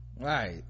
right